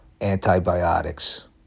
antibiotics